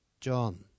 John